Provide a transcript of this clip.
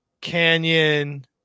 Canyon